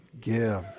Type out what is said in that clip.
give